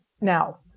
Now